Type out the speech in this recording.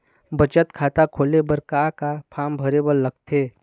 बचत खाता खोले बर का का फॉर्म भरे बार लगथे?